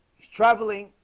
he's travelling